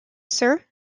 sir